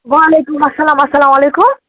وعلیکُم اسلام اسلامُ علیکُم